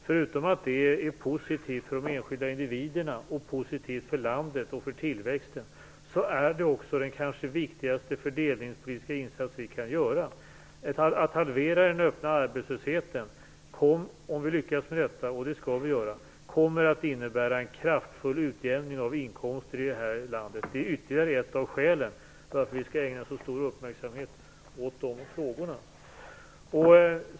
Förutom att det är positivt för de enskilda individerna och positivt för landet och tillväxten är den kanske viktigaste fördelningspolitiska insats vi kan göra att halvera den öppna arbetslösheten, som om vi lyckas med detta - och det skall vi göra - kommer att innebära en kraftfull utjämning av inkomsterna i landet. Det är ytterligare ett av skälen till att vi skall ägna en så stor uppmärksamhet åt de frågorna.